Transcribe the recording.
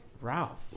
Ralph